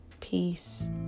Peace